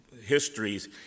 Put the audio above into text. histories